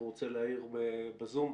הוא רוצה להעיר, הוא בזום.